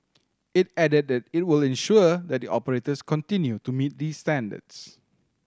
it added that it will ensure that the operators continue to meet these standards